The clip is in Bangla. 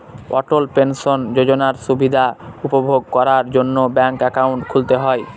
অটল পেনশন যোজনার সুবিধা উপভোগ করার জন্য ব্যাঙ্ক একাউন্ট খুলতে হয়